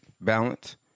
balance